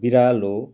बिरालो